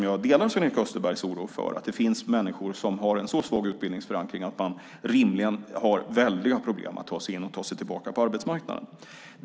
Jag delar Sven-Erik Österbergs oro för att det finns människor som har en så svag utbildningsförankring att de rimligen har väldiga problem att ta sig in och ta sig tillbaka på arbetsmarknaden.